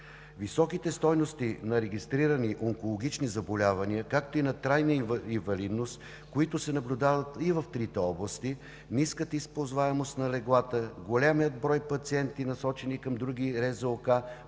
Високите стойности на регистрирани онкологични заболявания, както и на трайна инвалидност, които се наблюдават и в трите области, ниската използваемост на леглата, големият брой пациенти, насочени към други РЗОК,